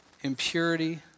impurity